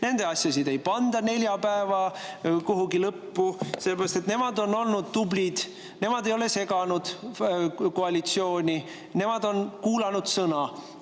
Nende asju ei panda neljapäeval kuhugi lõppu, sellepärast et nemad on olnud tublid, nemad ei ole seganud koalitsiooni, nemad on kuulanud sõna.